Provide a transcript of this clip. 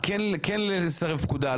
כן לסרב פקודה,